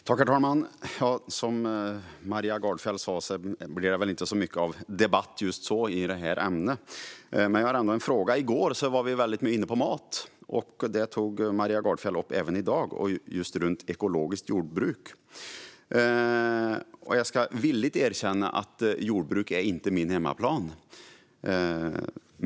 Herr talman! Som Maria Gardfjell sa blev det väl inte så mycket av debatt i det här ämnet. Men jag har en annan fråga. I går debatterade vi mycket om mat, och det tog Maria Gardfjell upp i dag också. Mer specifikt talade hon om ekologiskt jordbruk. Jag ska villigt erkänna att jordbruk inte är min hemmaplan.